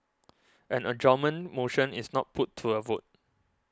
an adjournment motion is not put to a vote